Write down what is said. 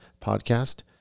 podcast